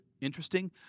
interesting